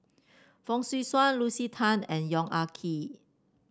Fong Swee Suan Lucy Tan and Yong Ah Kee